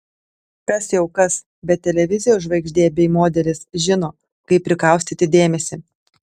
kas jau kas bet televizijos žvaigždė bei modelis žino kaip prikaustyti dėmesį